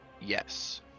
Yes